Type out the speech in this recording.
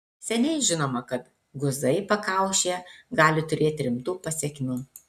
seniai žinoma kad guzai pakaušyje gali turėti rimtų pasekmių